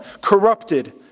corrupted